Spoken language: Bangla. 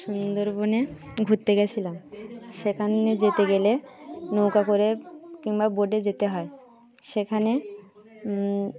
সুন্দরবনে ঘুরতে গিয়েছিলাম সেখানে যেতে গেলে নৌকা করে কিংবা বোটে যেতে হয় সেখানে